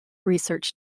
research